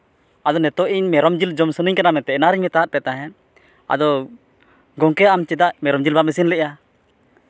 ᱟᱫᱚ ᱱᱤᱛᱳᱜ ᱤᱧ ᱢᱮᱨᱚᱢ ᱡᱤᱞ ᱡᱚᱢ ᱥᱟᱹᱱᱟᱹᱧ ᱠᱟᱱᱟ ᱢᱮᱱᱛᱮᱫ ᱮᱱᱟᱱ ᱨᱮᱧ ᱢᱮᱛᱟᱫ ᱯᱮ ᱛᱟᱦᱮᱸᱫ ᱟᱫᱚ ᱜᱚᱢᱠᱮ ᱟᱢ ᱪᱮᱫᱟᱜ ᱢᱮᱨᱚᱢ ᱡᱤᱞ ᱵᱟᱢ ᱤᱥᱤᱱ ᱞᱮᱜᱼᱟ